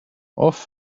off